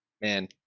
Man